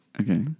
Okay